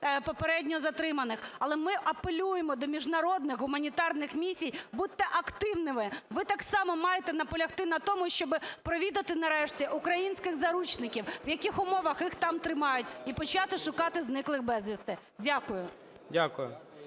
попередньо затриманих. Але ми апелюємо до міжнародних гуманітарних місій – будьте активними, ви так само маєте наполягти на тому, щоб провідати нарешті українських заручників, в яких умовах їх там тримають, і почати шукати зниклих безвісти. Дякую.